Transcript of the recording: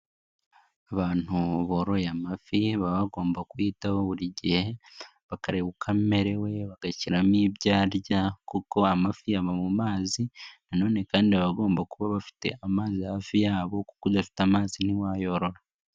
Abantu boroye amafi baba bagomba kuyitaho buri gihe, bakareba uko amerewe bagashyiramo ibyo arya kuko amafi aba mu mazi, na none kandi aba agomba kuba bafite amazi hafi yabo kuko udafite amazi ntiwayorora.